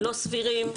לא סבירים,